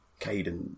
Caden